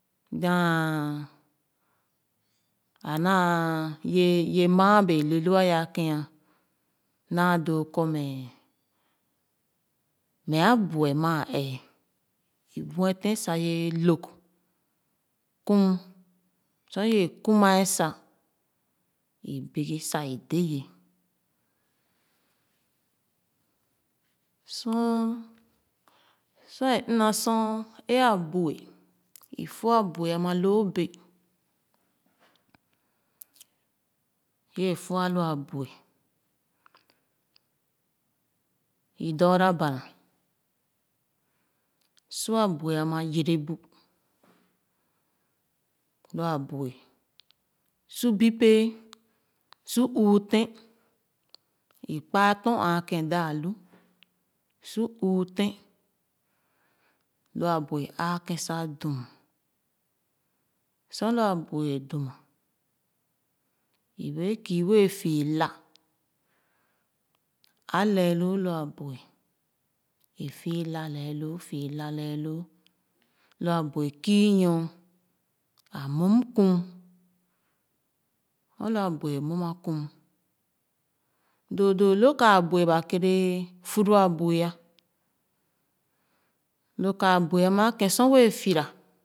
Dàn, anàn, ye, ye maa abee le lo aya kɛn, anà dòò kɔ mɛ mɛ buɛ maa ɛɛ ē buɛtèn sa ye lōg kum sor ye kuma sa ibigi sa i de ye sor sor ina sor a buɛ i fo abué ama loo bèè ye foa lo abuɛ’ i dɔɔra bara su abuɛ’ ama yerebu lo a buɛ’ su bo péé su ɔɔ tèn i kpaa tòr ààken dāālu su üü tèn lo abuɛ̄ āākèn sa dum sor lo abuɛ̄ dum è béé kii wɛɛ a fii la a lɛɛ loo lo abuɛ‘ i fii la lɛɛloo fii lalɛɛloo lo abuɛ̄ kii nyo a mum kum sor lo abuɛ̄ a mum a kum doo doo lo ka abuɛ̄ ba kère furo abuɛ̄ lo ka abuɛ̄ sor wɛɛ fira.